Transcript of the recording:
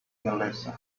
melissa